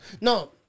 no